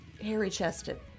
hairy-chested